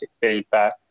feedback